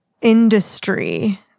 industry